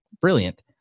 brilliant